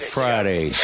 Friday